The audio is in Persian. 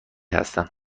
هستم